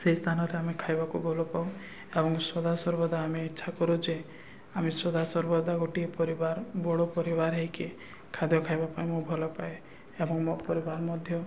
ସେହି ସ୍ଥାନରେ ଆମେ ଖାଇବାକୁ ଭଲ ପାଉ ଏବଂ ସଦା ସର୍ବଦା ଆମେ ଇଚ୍ଛା କରୁ ଯେ ଆମେ ସଦା ସର୍ବଦା ଗୋଟିଏ ପରିବାର ବଡ଼ ପରିବାର ହେଇକି ଖାଦ୍ୟ ଖାଇବା ପାଇଁ ମୁଁ ଭଲ ପାାଏ ଏବଂ ମୋ ପରିବାର ମଧ୍ୟ